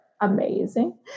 amazing